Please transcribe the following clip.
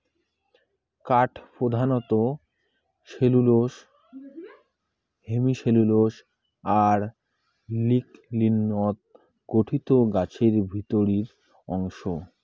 কাঠ প্রধানত cellulose, hemicellulose আর লিগলিনত গঠিত গছের ভিতরির অংশ